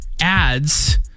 ads